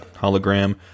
hologram